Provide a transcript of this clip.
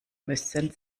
müssen